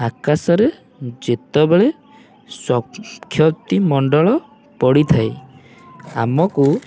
ଆକାଶରେ ଯେତେବେଳେ ସକ୍ଷତିମଣ୍ଡଳ ପଡ଼ିଥାଏ ଆମକୁ